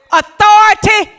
authority